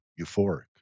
euphoric